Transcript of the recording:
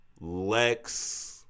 Lex